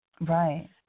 right